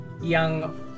young